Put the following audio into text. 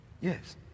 Yes